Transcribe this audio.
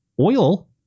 oil